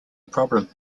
problem